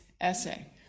essay